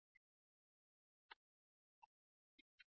yRv2 v1v2v1yI yT2 v2v2v1yI